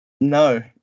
no